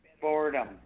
boredom